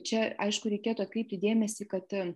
čia aišku reikėtų atkreipti dėmesį kad